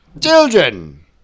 children